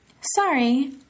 Sorry